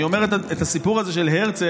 אני אומר את הסיפור הזה של הרצל,